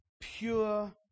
pure